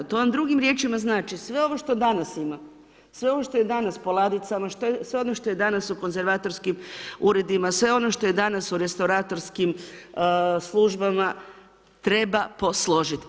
To vam drugim riječima znači, sve ovo što danas imamo, sve ovo što je danas po ladicama, sve ono što je danas u konzervatorskim uredima, sve ono što je danas u restauratorskim službama treba posložiti.